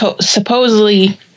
supposedly